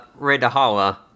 Redahala